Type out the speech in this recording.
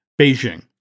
Beijing